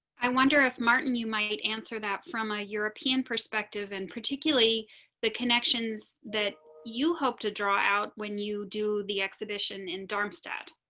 i wonder if martin, you might answer that from a european perspective and particularly the connections that you hope to draw out when you do the exhibition in darmstadt